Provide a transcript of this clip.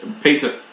Pizza